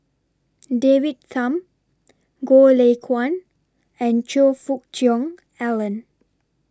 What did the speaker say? David Tham Goh Lay Kuan and Choe Fook Cheong Alan